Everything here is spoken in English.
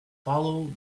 follow